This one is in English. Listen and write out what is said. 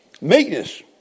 meekness